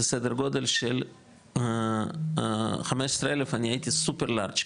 סדר גודל של 15,000. אני הייתי סופר לארג'.